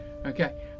Okay